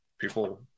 People